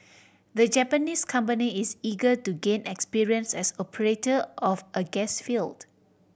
the Japanese company is eager to gain experience as operator of a gas field